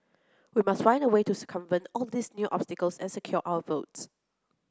we must find a way to circumvent all these new obstacles and secure our votes